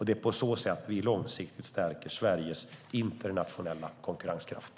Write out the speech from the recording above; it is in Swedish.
Det är på så sätt vi långsiktigt stärker Sveriges internationella konkurrenskraft.